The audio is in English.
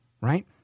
right